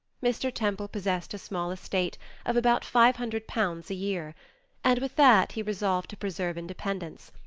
mr. temple possessed a small estate of about five hundred pounds a year and with that he resolved to preserve independence,